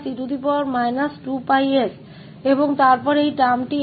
और फिर यह पद यहाँ से आ रहा है 1e 𝜋s1s2